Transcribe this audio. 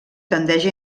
tendeix